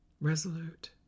resolute